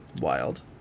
wild